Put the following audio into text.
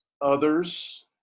others